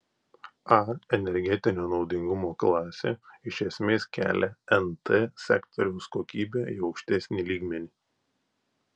a energetinio naudingumo klasė iš esmės kelia nt sektoriaus kokybę į aukštesnį lygmenį